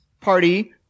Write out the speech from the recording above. party